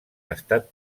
estat